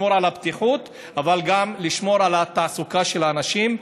לשמור על הבטיחות אבל גם לשמור על התעסוקה של האנשים.